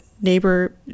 neighbor